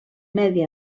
medi